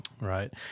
Right